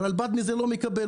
והרלב"ד לא מקבל מזה,